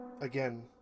Again